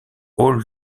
hall